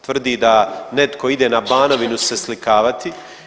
Tvrdi da netko ide na Banovinu se slikavati.